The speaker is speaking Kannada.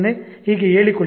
" ಹೀಗೆ ಹೇಳಿಕೊಳ್ಳಿ